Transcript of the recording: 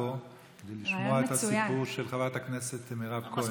פה כדי לשמוע את הסיפור של חברת הכנסת מירב כהן.